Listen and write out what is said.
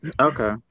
Okay